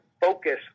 focus